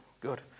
Good